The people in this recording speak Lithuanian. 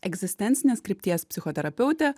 egzistencinės krypties psichoterapeutė